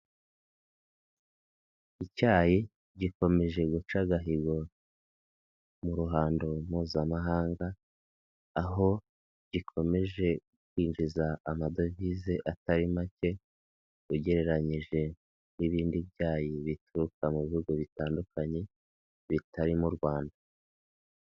Icyayi gikomeje guca agahigo mu ruhando mpuzamahanga aho gikomeje kwinjiza amadovize atari make ugereranyije n'ibindi byayi bituruka mu bihugu bitandukanye bitarimo u Rwanda.